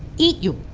eat you.